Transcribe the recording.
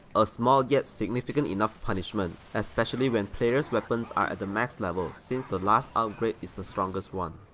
a small yet significant enough punishment especially when player's weapons are at the max level, since the last upgrade is the strongest one.